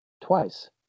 twice